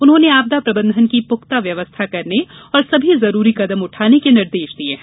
उन्होंने आपदा प्रबंधन की पुख्ता व्यवस्था करने और सभी जरूरी कदम उठाने के निर्देश दिए हैं